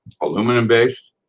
Aluminum-based